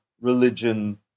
religion